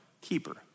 Keeper